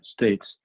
States